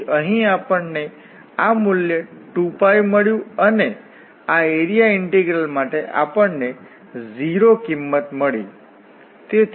તેથી અહીં આપણને આ મૂલ્ય 2π મળ્યું અને આ એરિયા ઇન્ટીગ્રલ માટે આપણને 0 કિંમત મળી